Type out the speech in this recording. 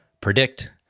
predict